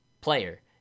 player